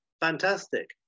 fantastic